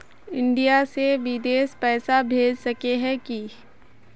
India से बिदेश पैसा भेज सके है की?